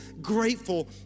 grateful